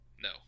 No